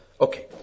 Okay